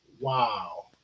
Wow